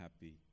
happy